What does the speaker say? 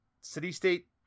city-state